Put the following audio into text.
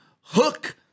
hook